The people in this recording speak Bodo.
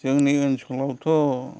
जोंनि ओनसोलावथ'